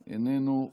איננו.